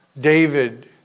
David